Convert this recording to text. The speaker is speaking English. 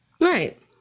right